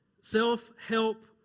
self-help